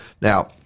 Now